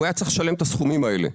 הוא היה צריך לשלם את הסכומים האלה.